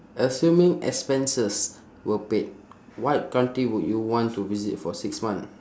assuming expenses were paid what country would you want to visit for six month